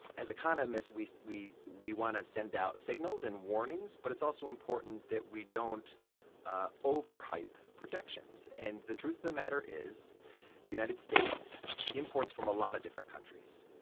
as economists, we so we want to send out signals and warnings. but it's also important that we don't ah overhype projections. and the truth of the matter is the united states imports from a lot of different countries.